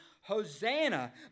Hosanna